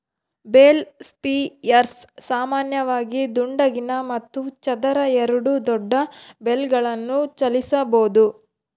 bale spears ಸಾಮಾನ್ಯವಾಗಿ ದುಂಡಗಿನ ಮತ್ತು ಚದರ ಎರಡೂ ದೊಡ್ಡ ಬೇಲ್ಗಳನ್ನು ಚಲಿಸಬೋದು